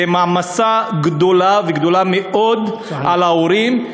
זה מעמסה גדולה וגדולה מאוד על ההורים,